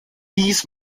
dies